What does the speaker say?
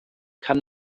kann